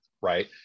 right